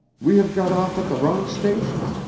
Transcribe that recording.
we have got off at the wrong station,